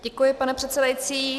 Děkuji, pane předsedající.